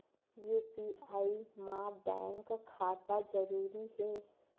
UPI मा bank खाता जरूरी हे?